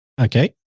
Okay